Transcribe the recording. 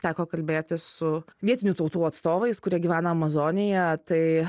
teko kalbėtis su vietinių tautų atstovais kurie gyvena amazonėje tai